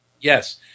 Yes